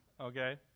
Okay